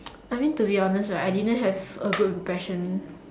I mean to be honest right I didn't have a good impression